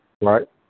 right